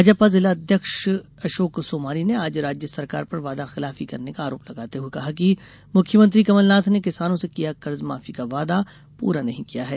भाजपा जिला अध्यक्ष अशोक सोमानी ने आज राज्य सरकार पर वादाखिलाफी करने का आरोप लगाते हुये कहा कि मुख्यमंत्री कमलनाथ ने किसानों से किया कर्ज माफी का वादा पूरा नहीं किया है